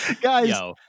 Guys